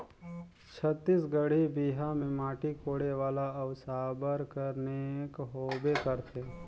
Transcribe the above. छत्तीसगढ़ी बिहा मे माटी कोड़े वाला अउ साबर कर नेग होबे करथे